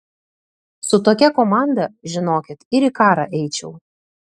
su tokia komanda žinokit ir į karą eičiau